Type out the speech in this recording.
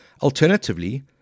Alternatively